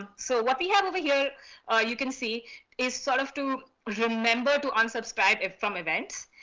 ah so what we have over here ah you can see is sort of to remember to unsubscribe from events,